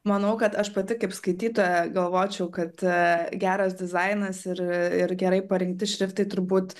manau kad aš pati kaip skaitytoja galvočiau kad geras dizainas ir ir gerai parinkti šriftai turbūt